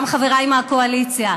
גם חבריי מהקואליציה,